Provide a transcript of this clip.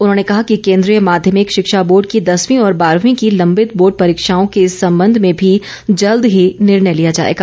निशंक ने कहा कि केन्द्रीय माध्यमिक शिक्षा बोर्ड की दसवीं और बारहवीं की लंबित बोर्ड परीक्षाओं के संबंध में भी जल्द ही निर्णय लिया जाएगा